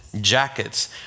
jackets